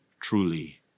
truly